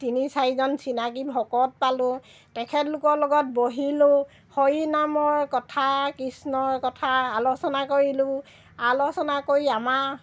তিনি চাৰিজন চিনাকী ভকত পালোঁ তেখেতলোকৰ লগত বহিলোঁ হৰি নামৰ কথা কৃষ্ণৰ কথা আলোচনা কৰিলোঁ আলোচনা কৰি আমাৰ